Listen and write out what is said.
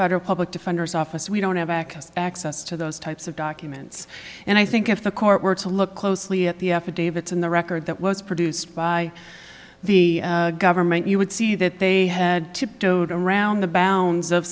federal public defender's office we don't have access access to those types of documents and i think if the court were to look closely at the affidavits and the record that was produced by the government you would see that they had tiptoed around the bounds of